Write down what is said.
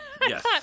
Yes